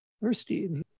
thirsty